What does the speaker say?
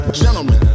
gentlemen